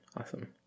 Awesome